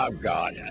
ah god. yeah